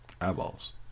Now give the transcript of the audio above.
Eyeballs